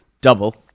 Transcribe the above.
double